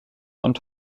und